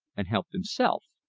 and helped himself.